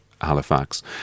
Halifax